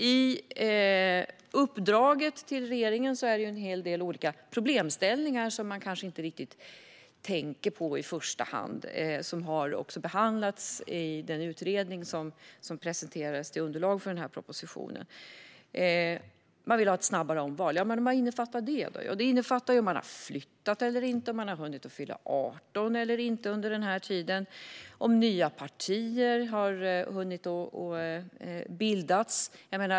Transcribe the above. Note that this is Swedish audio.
I uppdraget till regeringen finns en hel del olika problemställningar som också har behandlats i den utredning som presenterades till underlag för den här propositionen och som man kanske inte riktigt tänker på i första hand. Man vill ha snabbare omval. Vad innefattar då det? Det innefattar till exempel att man kan ha flyttat eller hunnit fylla 18 år under den tid som gått och om nya partier har hunnit bildas.